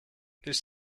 this